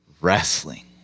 Wrestling